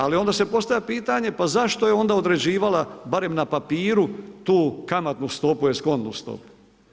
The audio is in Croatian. Ali onda se postavlja pitanje pa zašto je onda određivala barem na papiru tu kamatnu stopu, eskontnu stopu?